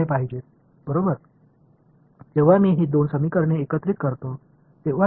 எனவே இங்கே ஒரு மின்சார புலத்தை எடுத்துக்கொள்வோம் இந்த இது மாதிரி சுட்டிக்காட்டுகிறது என்று சொல்வோம்